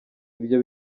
ibyo